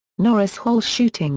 norris hall shootings